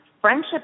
friendship